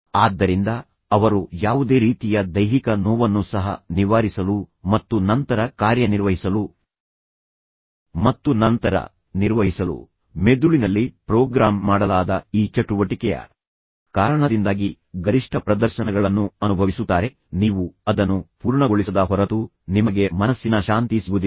ಆದ್ದರಿಂದ ಅವರು ಯಾವುದೇ ರೀತಿಯ ದೈಹಿಕ ನೋವನ್ನು ಸಹ ನಿವಾರಿಸಲು ಮತ್ತು ನಂತರ ಕಾರ್ಯನಿರ್ವಹಿಸಲು ಮತ್ತು ನಂತರ ನಿರ್ವಹಿಸಲು ಮೆದುಳಿನಲ್ಲಿ ಪ್ರೋಗ್ರಾಮ್ ಮಾಡಲಾದ ಈ ಚಟುವಟಿಕೆಯ ಕಾರಣದಿಂದಾಗಿ ಗರಿಷ್ಠ ಪ್ರದರ್ಶನಗಳನ್ನು ಅನುಭವಿಸುತ್ತಾರೆ ನೀವು ಅದನ್ನು ಪೂರ್ಣಗೊಳಿಸದ ಹೊರತು ನಿಮಗೆ ಮನಸ್ಸಿನ ಶಾಂತಿ ಸಿಗುವುದಿಲ್ಲ